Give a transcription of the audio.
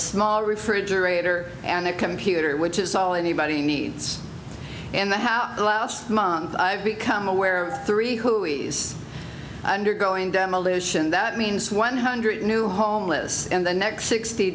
small refrigerator and a computer which is all anybody needs and the how last month i've become aware three who e's undergoing demolition that means one hundred new homeless in the next sixty